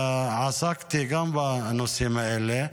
עסקתי גם בנושאים האלה.